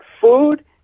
food